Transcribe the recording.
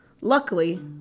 Luckily